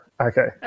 Okay